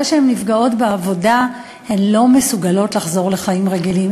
שהן נפגעות בעבודה הן לא מסוגלות לחזור לחיים רגילים.